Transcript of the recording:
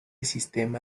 sistema